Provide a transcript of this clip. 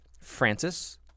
Francis